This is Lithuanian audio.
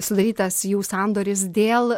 sudarytas jų sandoris dėl